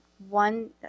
One